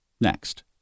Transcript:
Next